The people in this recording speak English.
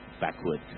backward